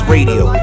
Radio